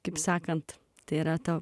kaip sakant tai yra ta